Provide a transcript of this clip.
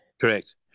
correct